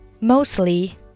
Mostly